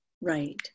Right